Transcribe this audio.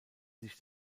sich